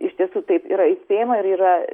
iš tiesų taip yra įspėjama ir yra